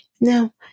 Now